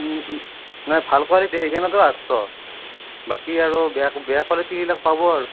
নাই ভাল কোৱালিটি সেইকাৰণেতো আঠছ বাকী আৰু বেয়া বেয়া কোৱালিটিবিলাক পাব আৰু